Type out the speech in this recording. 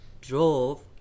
drove